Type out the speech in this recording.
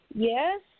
Yes